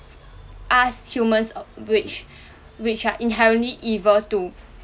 us humans uh which which are inherently evil to